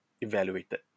evaluated